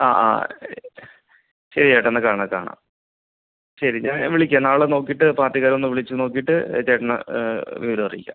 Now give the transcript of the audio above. ആ ആ ശരി ചേട്ടാ എന്നാൽ കാണാം കാണാം ശരി ഞാൻ വിളിക്കാം നാളെ നോക്കിയിട്ട് പാർട്ടിക്കാരെയൊന്ന് വിളിച്ച് നോക്കിയിട്ട് ചേട്ടനെ വിവരം അറിയിക്കാം